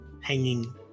hanging